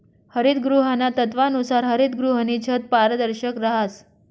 हरितगृहाना तत्वानुसार हरितगृहनी छत पारदर्शक रहास